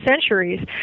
centuries